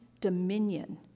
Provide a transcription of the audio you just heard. dominion